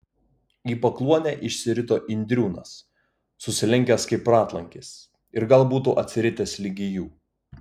į pakluonę išsirito indriūnas susilenkęs kaip ratlankis ir gal būtų atsiritęs ligi jų